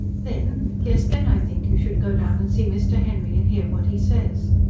then. yes, then, i think you should go down and see mr. henry, and hear what he says.